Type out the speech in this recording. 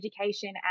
education